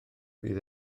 bydd